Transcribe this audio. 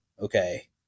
Okay